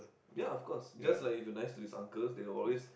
ya of course just like if you're nice to these uncles they'll always